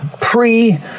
pre-